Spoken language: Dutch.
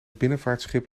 binnenvaartschip